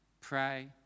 pray